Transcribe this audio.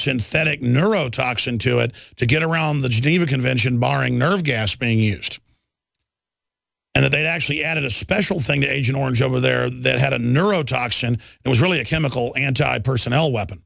synthetic neuro toxin to it to get around the geneva convention barring nerve gas being used and they actually added a special thing to agent orange over there that had a neuro toxin it was really a chemical anti personnel weapon